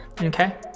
okay